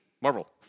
Marvel